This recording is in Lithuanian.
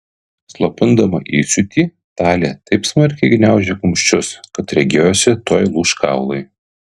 slopindama įsiūtį talė taip smarkiai gniaužė kumščius kad regėjosi tuoj lūš kaulai